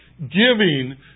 Giving